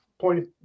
pointed